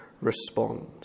respond